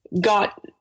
got